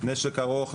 נשק ארוך,